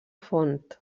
font